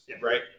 right